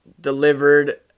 delivered